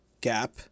gap